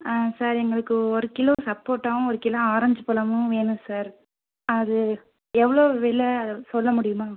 ஆ sir எங்களுக்கு ஒரு kilo சப்போட்டாகவும் ஒரு கிலோ ஆரெஞ்ச் பழமும் வேணும் சார் அது எவ்வளோ விலை அத சொல்ல முடியுமா